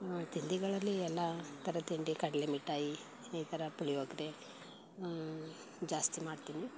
ತಿಂಡಿಗಳಲ್ಲಿ ಎಲ್ಲ ಥರದ ತಿಂಡಿ ಕಡಲೆ ಮಿಠಾಯಿ ಈ ಥರ ಪುಳಿಯೋಗರೆ ಜಾಸ್ತಿ ಮಾಡ್ತೀನಿ